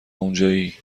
اونجایی